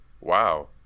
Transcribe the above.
Wow